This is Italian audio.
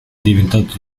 diventato